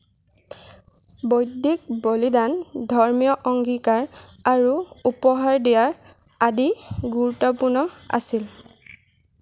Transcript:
বৈদিক বলিদান ধৰ্মীয় অংগীকাৰ আৰু উপহাৰ দিয়া আদি গুৰুত্বপূৰ্ণ আছিল